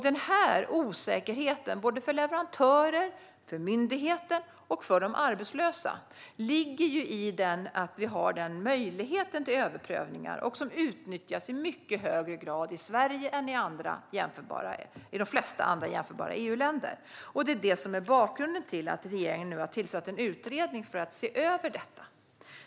Denna osäkerhet för såväl leverantörer som myndigheter och de arbetslösa ligger i att vi har denna möjlighet till överprövningar, som utnyttjas i mycket högre grad i Sverige än i de flesta andra jämförbara EU-länder. Det är det som är bakgrunden till att regeringen nu har tillsatt en utredning för att se över detta.